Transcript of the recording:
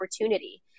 opportunity